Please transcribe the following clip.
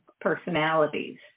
personalities